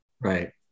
Right